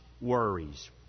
worries